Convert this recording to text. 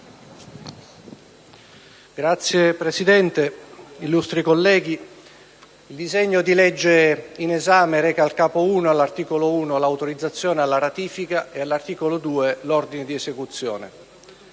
colleghi, il disegno di legge in esame reca al Capo I, all'articolo 1, l'autorizzazione alla ratifica e, all'articolo 2, l'ordine di esecuzione.